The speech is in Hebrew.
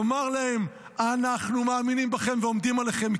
לומר להם: אנחנו מאמינים בכם ועומדים עליכם,